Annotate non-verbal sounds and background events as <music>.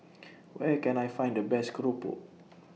<noise> Where Can I Find The Best Keropok <noise>